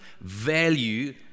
value